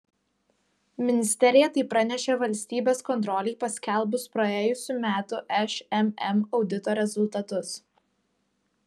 ministerija tai pranešė valstybės kontrolei paskelbus praėjusių metų šmm audito rezultatus